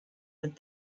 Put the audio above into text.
but